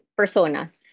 personas